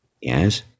Yes